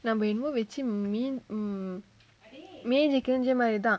நம்ம என்னமோ வச்சு மீன்:namma ennamo vachu meen mm magic கிழிஞ்ச மாரிதா:kilinja maarithaa